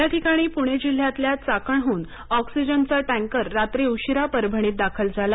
याठिकाणी पुणे जिल्ह्यातल्या चाकणहून ऑक्सीजनचा टँकर रात्री उशिरा परभणीत दाखल झाला